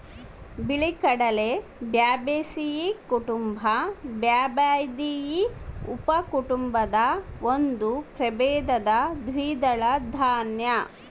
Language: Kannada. ಬಿಳಿಗಡಲೆ ಪ್ಯಾಬೇಸಿಯೀ ಕುಟುಂಬ ಪ್ಯಾಬಾಯ್ದಿಯಿ ಉಪಕುಟುಂಬದ ಒಂದು ಪ್ರಭೇದ ದ್ವಿದಳ ದಾನ್ಯ